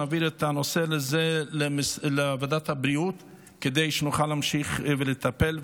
שנעביר את הנושא הזה לוועדת הבריאות כדי שנוכל להמשיך ולטפל.